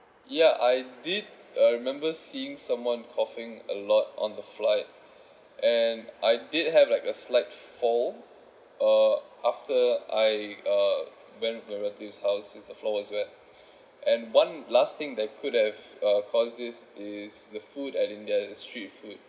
yeah I did uh remember seeing someone coughing a lot on the flight and I did have like a slight fall uh after I uh went to relatives house since the floor was wet and one last thing that could have uh cause this is the food at india the street food